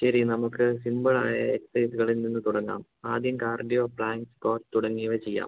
ശരി നമുക്ക് സിമ്പിൾ ആയ എക്സർസൈസുകളിൽ നിന്ന് തുടങ്ങാം ആദ്യം കാർഡിയോ പ്ലാൻ കോഴ്സ് തുടങ്ങിയവ ചെയ്യാം